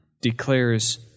declares